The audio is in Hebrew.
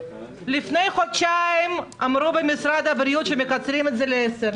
לפני חודשיים אמרו במשרד הבריאות שמקצרים את זה ל-10.